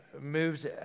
moved